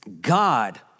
God